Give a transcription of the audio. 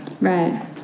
Right